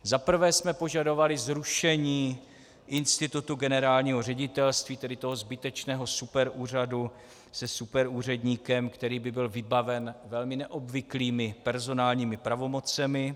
Za prvé jsme požadovali zrušení institutu generálního ředitelství, tedy toho zbytečného superúřadu se superúředníkem, který by byl vybaven velmi neobvyklými personálními pravomocemi.